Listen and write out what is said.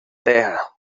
terra